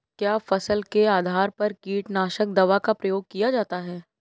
क्या फसल के आधार पर कीटनाशक दवा का प्रयोग किया जाता है?